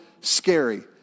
scary